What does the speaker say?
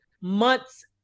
months